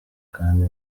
kandi